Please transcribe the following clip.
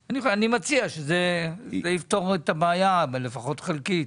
אני מציע, זה יפתור את הבעיה, לפחות חלקית.